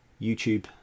YouTube